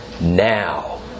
now